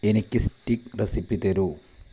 എനിക്ക് steak recipe തരൂ